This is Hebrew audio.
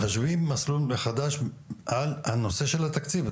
מחשבים מסלול מחדש על הנושא של התקציב.